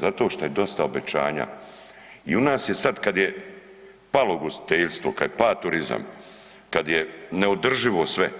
Zato što je dosta obećanja i u nas je sad kad je palo ugostiteljstvo, kad je pao turizam, kad je neodrživo sve,